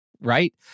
Right